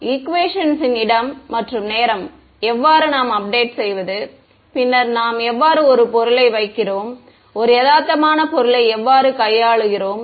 ஈகுவேசன்ஸின் இடம் மற்றும் நேரம் எவ்வாறு நாம் அப்டேட் செய்வது பின்னர் நாம் எவ்வாறு ஒரு பொருளை வைக்கிறோம் ஒரு யதார்த்தமான பொருளை எவ்வாறு கையாளுகிறோம்